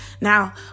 Now